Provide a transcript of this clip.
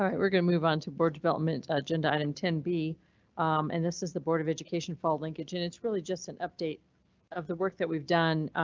um we're gonna move on to board development agenda item ten b and this is the board of education fall linkage and it's really just an update of the work that we've done.